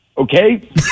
Okay